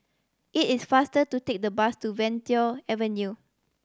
it is faster to take the bus to Venture Avenue